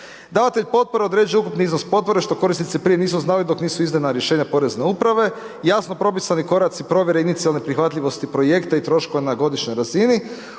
Davatelj potpore određuje ukupni iznos potpore što korisnici prije nisu znali dok nisu izdana rješenja Porezne uprave. Jasno propisani koraci provjere inicijalne prihvatljivosti projekta i troškova na godišnjoj razini.